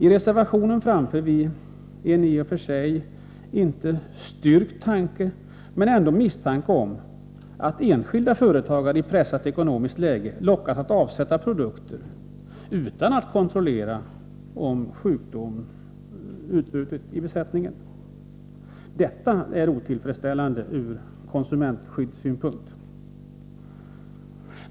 I reservationen framför vi en misstanke — låt vara att den inte är styrkt — om att enskilda företagare i pressat ekonomiskt läge lockas att avsätta produkter utan att kontrollera om sjukdom utbrutit i besättningen. Detta är otillfredsställande ur konsumentskyddssynpunkt.